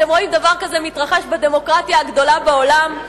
אתם רואים דבר כזה מתרחש בדמוקרטיה הגדולה בעולם?